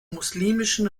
muslimischen